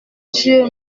dieu